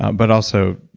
but also,